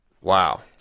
Wow